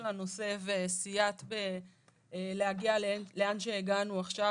הנושא וסייעת להגיע לאן שהגענו עכשיו,